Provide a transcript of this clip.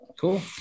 Cool